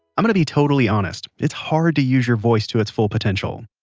i'm going to be totally honest it's hard to use your voice to its full potential.